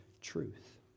truth